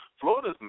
Florida's